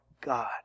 God